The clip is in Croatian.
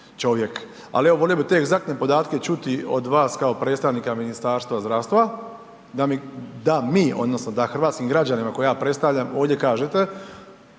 čovjek. Ali, evo volio bi te egzaktne podatke čuti od vas kao predstavnika Ministarstva zdravstva da mi, da mi odnosno da hrvatskim građanima koje ja predstavljam ovdje kažete